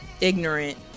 ignorant